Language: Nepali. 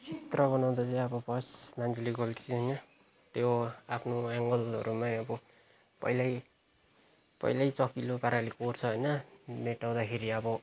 चित्र बनाउँदा चाहिँ अब फर्स्ट मान्छेले गल्ती चाहिँ होइन त्यो आफ्नो एङ्गलहरूमै अब पहिलै पहिलै चकिलो पाराले कोर्छ होइ मेटाउँदाखेरि अब